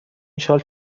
شال